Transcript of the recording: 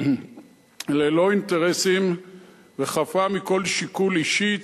ללא אינטרסים וחפה מכל שיקול אישי,